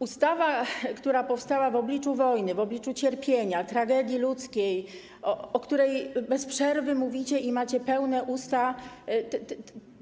Ustawa, która powstała w obliczu wojny, cierpienia, tragedii ludzkiej, o której bez przerwy mówicie - i macie pełne usta